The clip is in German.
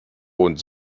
und